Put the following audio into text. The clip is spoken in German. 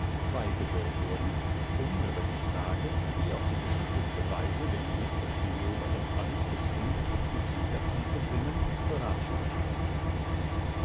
beigesellt wurden um über die frage wie auf die geschickteste weise dem minister zinnober das band des grüngefleckten tigers anzubringen beratschlagen sollten